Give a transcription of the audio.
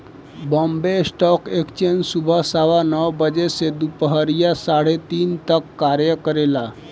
Bombay stock exchange सुबह सवा नौ बजे से दूपहरिया साढ़े तीन तक कार्य करेला